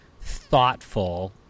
thoughtful